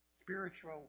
spiritual